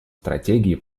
стратегии